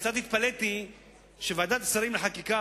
קצת התפלאתי שוועדת השרים לחקיקה,